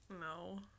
No